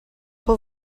pull